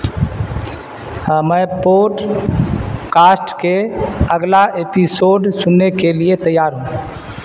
ہاں میں podcast کے اگلا ایپیسوڈ سننے کے لیے تیار ہوں